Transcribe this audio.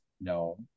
no